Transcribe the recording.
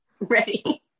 Ready